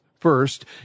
First